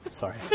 Sorry